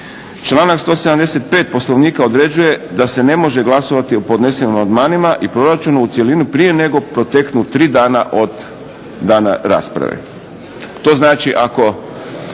Članak 175. Poslovnika određuje da se ne može glasati o ponesenim amandmanima i proračunu u cjelini prije nego proteknu tri dana od dana rasprave.